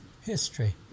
history